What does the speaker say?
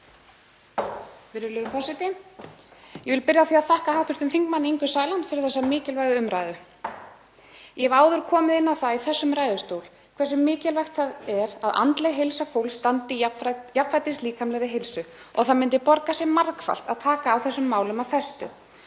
Virðulegur forseti. Ég vil byrja á því að þakka hv. þm. Ingu Sæland fyrir þessa mikilvægu umræðu. Ég hef áður komið inn á það í þessum ræðustól hversu mikilvægt það er að andleg heilsa fólks standi jafnfætis líkamlegri heilsu og það myndi borga sig margfalt að taka á þessum málum af festu.